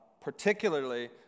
particularly